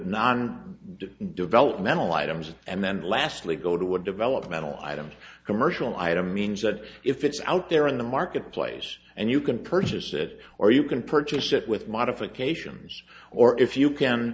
non developmental items and then lastly go to a developmental item commercial item means that if it's out there in the marketplace and you can purchase it or you can purchase it with modifications or if you can